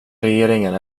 regeringen